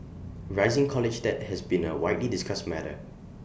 rising college debt has been A widely discussed matter